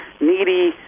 needy